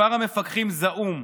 מספר המפקחים זעום,